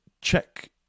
check